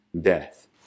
death